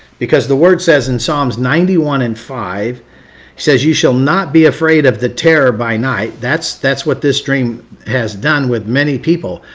because the word says in psalms ninety one and five. it says, you should not be afraid of the terror by night. that's that's what this dream has done with many people.